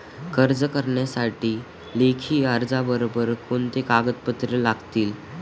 कर्ज करण्यासाठी लेखी अर्जाबरोबर कोणती कागदपत्रे लागतील?